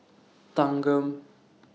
Thanggam